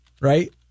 right